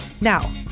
Now